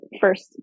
first